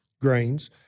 grains